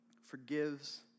forgives